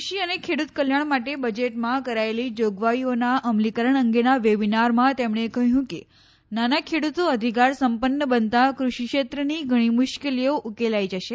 કૃષિ અને ખેડૂત કલ્યાણ માટે બજેટમાં કરાયેલી જોગવાઈઓના અમલીકરણ અંગેના વેબીનારમાં તેમણે કહ્યું કે નાના ખેડૂતો અધિકાર સંપન્ન બનતા કૃષિક્ષેત્રની ઘણી મુશ્કેલીઓ ઉકેલાઇ જશે